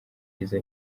izo